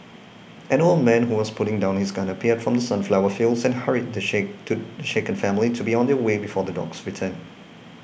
an old man who was putting down his gun appeared from the sunflower fields and hurried the shaken to shaken family to be on their way before the dogs return